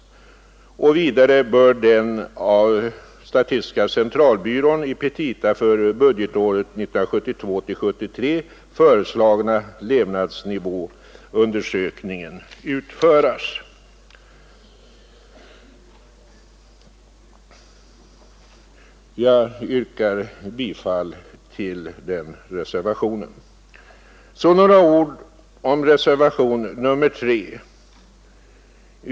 Vidare bör den av SCB i petita för budgetåret 1972/73 föreslagna levnadsnivåundersökningen utföras.” Jag yrkar bifall till reservation nr 2. Så några ord om reservation nr 3.